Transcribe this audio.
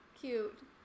cute